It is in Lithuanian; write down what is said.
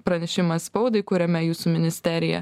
pranešimą spaudai kuriame jūsų ministerija